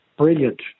Brilliant